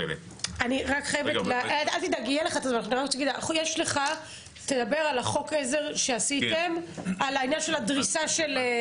תדבר על חוק העזר שעשיתם, על עניין הדריסה.